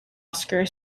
oscar